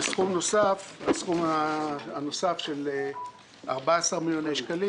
והסכום הנוסף של 14 מיליוני שקלים,